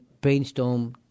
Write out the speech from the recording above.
brainstorm